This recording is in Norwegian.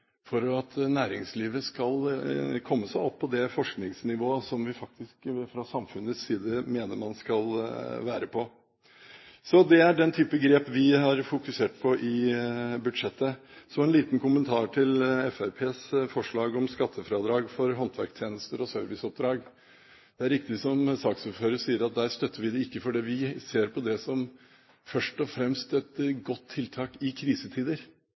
for at næringslivet skal komme seg opp på det forskningsnivået som vi fra samfunnets side mener man skal være på. Det er den type grep vi har fokusert på i budsjettet. Så en liten kommentar til Fremskrittspartiets forslag om skattefradrag for håndverkstjenester og serviceoppdrag. Det er riktig som saksordføreren sier, at vi ikke støtter det, for vi ser først og fremst på det som et godt tiltak i krisetider.